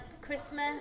Christmas